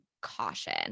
caution